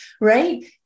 right